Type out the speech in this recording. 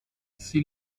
sie